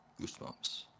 Goosebumps